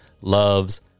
Loves